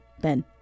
Ben